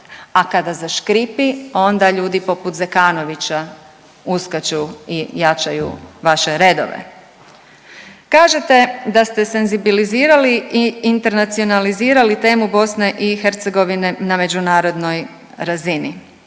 A kada zaškripi onda ljudi poput Zekanovića uskaču i jačaju vaše redove. Kažete da ste senzibilizirali i internacionalizirali temu BiH na međunarodnoj razini.